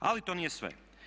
Ali to nije sve.